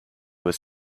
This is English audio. was